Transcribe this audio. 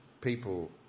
people